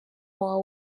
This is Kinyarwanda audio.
wawe